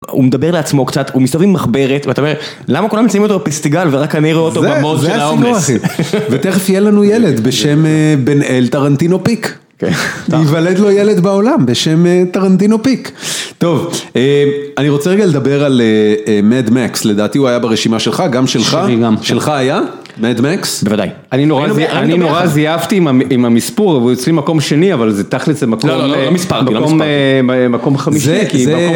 הוא מדבר לעצמו קצת, הוא מסתובב עם מחברת, ואתה אומר למה כולם מציינים אותו בפסטיגל ורק אני רואה אותו במוד של ההומלס. ותכף יהיה לנו ילד בשם בנאל טרנטינו פיק. יוולד לו ילד בעולם בשם טרנטינו פיק. טוב, אני רוצה רגע לדבר על מדמקס, לדעתי הוא היה ברשימה שלך, גם שלך. שלי גם. שלך היה מדמקס. בוודאי. אני נורא זייפתי עם המספור, והוא יוצא ממקום שני, אבל זה תכלס למקום חמישי.